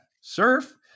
surf